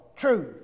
Truth